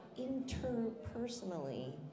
interpersonally